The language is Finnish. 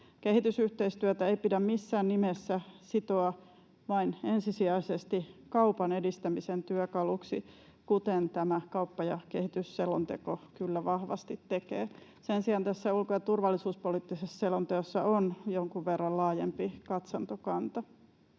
Kehitysyhteistyötä ei pidä missään nimessä sitoa vain ensisijaisesti kaupan edistämisen työkaluksi, kuten tämä kauppa- ja kehitysselonteko kyllä vahvasti tekee. Sen sijaan tässä ulko- ja turvallisuuspoliittisessa selonteossa on jonkun verran laajempi katsantokanta.